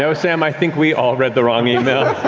so sam, i think we all read the wrong email.